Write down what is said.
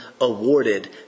awarded